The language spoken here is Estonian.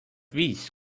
viis